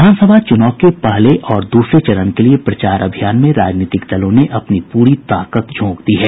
विधानसभा चुनाव के पहले और दूसरे चरण के लिए प्रचार अभियान में राजनीतिक दलों ने अपनी पूरी ताकत झोंक दी है